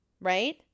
right